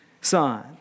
son